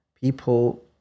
People